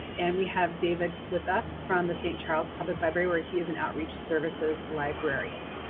and we have david with us from the st. charles public library where he is an outreach services librarian.